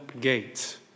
gate